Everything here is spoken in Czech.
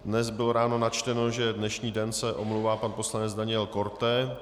Dnes bylo ráno načteno, že dnešní den se omlouvá pan poslanec Daniel Korte.